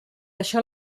això